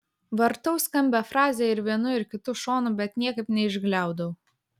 vartau skambią frazę ir vienu ir kitu šonu bet niekaip neišgliaudau